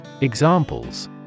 Examples